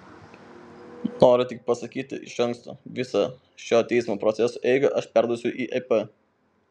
noriu tik pasakyti iš anksto visą šio teismo proceso eigą aš perduosiu į ep